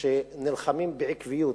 שנלחמות בעקביות